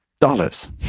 dollars